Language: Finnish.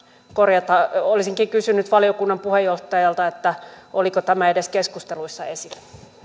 korjata olisinkin kysynyt valiokunnan puheenjohtajalta oliko tämä edes keskusteluissa esillä